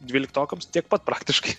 dvyliktokams tiek pat praktiškai